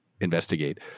investigate